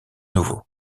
nouveau